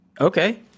Okay